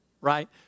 Right